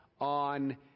on